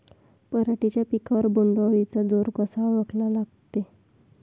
पराटीच्या पिकावर बोण्ड अळीचा जोर कसा ओळखा लागते?